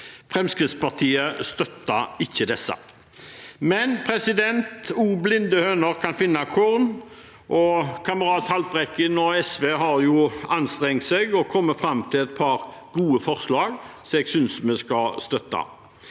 Fremskrittspartiet støtter ikke disse. Men blinde høner kan også finne korn, og kamerat Haltbrekken og SV har anstrengt seg og kommet fram til et par gode forslag som jeg synes vi skal støtte.